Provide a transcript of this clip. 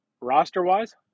roster-wise